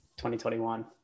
2021